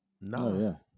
No